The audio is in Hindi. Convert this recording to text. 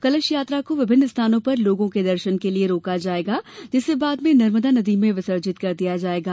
कलश यात्रा को विभिन्न स्थानों पर लोगों के दर्शन के लिये रोका जाएगा जिसे बाद में नर्मदा नदी में विसर्जित कर दिया जाएगा